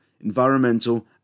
environmental